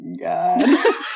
God